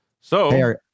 So-